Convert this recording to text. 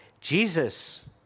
Jesus